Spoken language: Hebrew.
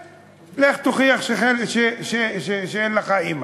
ולך תוכיח שאין לך אימא.